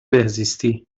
بهزیستی